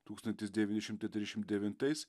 tūkstantis devyni šimtai trisdešimt devintais